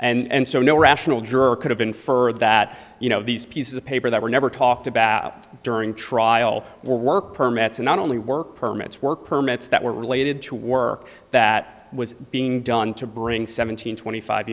pitcher and so no rational juror could have inferred that you know these pieces of paper that were never talked about during trial work permits and not only work permits work permits that were related to work that was being done to bring seven hundred twenty five